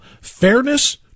fairness